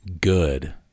good